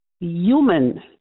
human